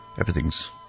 Everything's